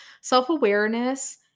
Self-awareness